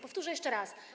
Powtórzę jeszcze raz.